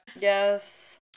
Yes